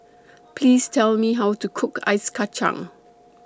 Please Tell Me How to Cook Ice Kachang